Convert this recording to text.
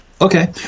Okay